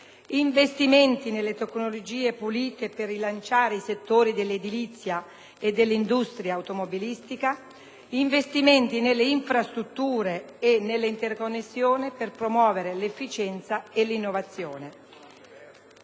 investimenti nelle tecnologie pulite per rilanciare i settori dell'edilizia e dell'industria automobilistica, investimenti nelle infrastrutture e nell'interconnessione per promuovere l'efficienza e l'innovazione.